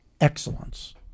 excellence